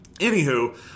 anywho